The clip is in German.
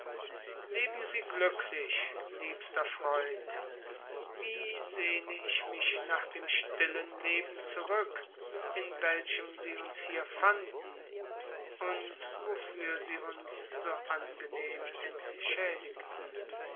leben sie glücklich liebster freund wie sehne ich mich nach dem stillen leben zurück in welchem sie uns hier fanden und wofür sie uns so angenehm entschädigten